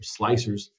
slicers